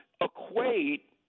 equate